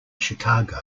chicago